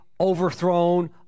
overthrown